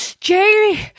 Jerry